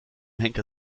henker